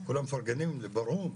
כולם מפרגנים לברהום,